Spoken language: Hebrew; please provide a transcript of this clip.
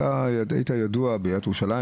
אתה היית ידוע בעיריית ירושלים,